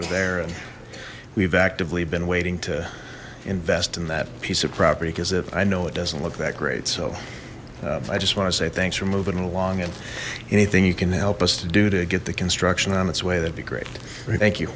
are there we've actively been waiting to invest in that piece of property because if i know it doesn't look that great so i just want to say thanks for moving along and anything you can help us to do to get the construction on its way that'd be great thank you